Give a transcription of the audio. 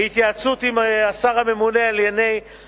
בהתייעצות עם השר הממונה על ענייני